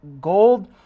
gold